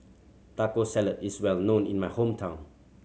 Taco Salad is well known in my hometown